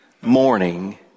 morning